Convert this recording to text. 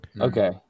Okay